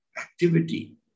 activity